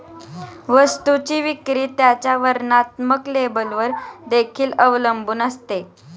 वस्तूची विक्री त्याच्या वर्णात्मक लेबलवर देखील अवलंबून असते